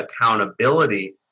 accountability